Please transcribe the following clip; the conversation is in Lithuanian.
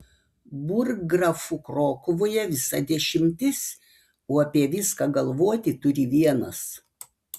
burggrafų krokuvoje visa dešimtis o apie viską galvoti turi vienas